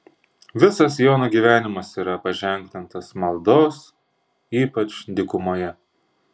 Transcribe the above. visas jono gyvenimas yra paženklintas maldos ypač dykumoje